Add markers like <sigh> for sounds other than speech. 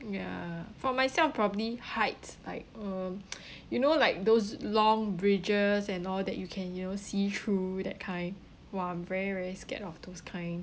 ya for myself probably heights like uh <noise> you know like those long bridges and all that you can you know see through that kind !wah! very very scared of those kind